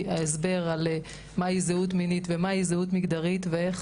הסבר על מה היא זהות מינית ומה היא זהות מגדרית ואיך